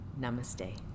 Namaste